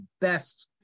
best